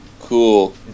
cool